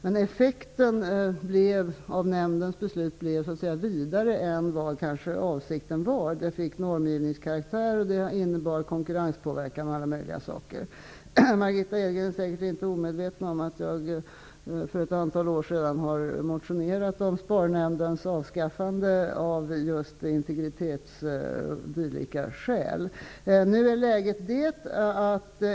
Men effekten av nämndens beslut blev vidare än vad avsikten kanske var. Beslutet fick en karaktär av normgivning och innebär bl.a. Margitta Edgren säger sig inte vara omedveten om att jag för ett antal år sedan har motionerat om SPAR-nämdens avskaffande av just integritetsskäl och dylika skäl.